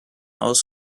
aus